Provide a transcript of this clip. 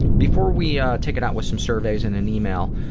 before we ah take it out with some surveys and an email,